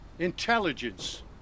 Intelligence